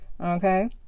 Okay